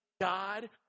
God